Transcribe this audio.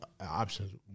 options